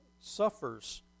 suffers